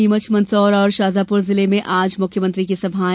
नीमच मंदसौर और शाजापूर जिले में आज मुख्यमंत्री की सभाये